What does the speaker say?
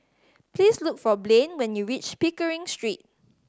please look for Blain when you reach Pickering Street